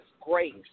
grace